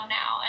now